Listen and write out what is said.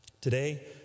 Today